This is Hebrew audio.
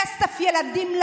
כסף לילדים,